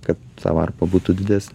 kad ta varpa būtų didesnė